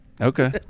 Okay